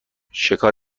شکار